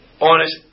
honest